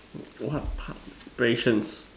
what part patience